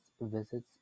visits